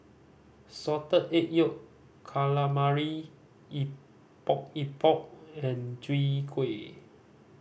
Salted Egg Yolk Calamari Epok Epok and Chwee Kueh